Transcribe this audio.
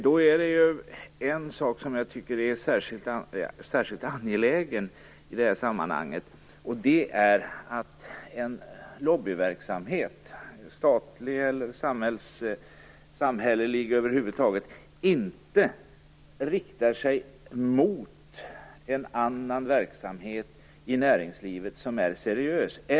Det finns en sak som jag tycker är särskild angelägen i sammanhanget, nämligen att en lobbyverksamhet - statlig eller samhällelig över huvud taget - inte riktar sig mot en annan verksamhet i näringslivet som är seriös.